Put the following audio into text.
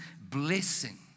blessing